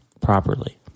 properly